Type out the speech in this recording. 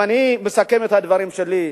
אם אני מסכם את הדברים שלי,